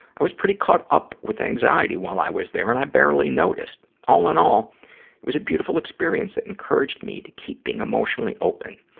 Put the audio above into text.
i was pretty caught up with anxiety while i was there and i barely noticed. all in all, it was a beautiful experience that encouraged me to keep being emotionally open.